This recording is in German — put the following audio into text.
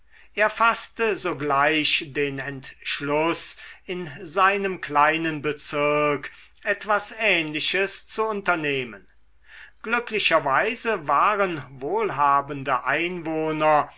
er faßte sogleich den entschluß in seinem kleinen bezirk etwas ähnliches zu unternehmen glücklicherweise waren wohlhabende einwohner